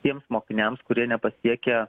tiems mokiniams kurie nepasiekia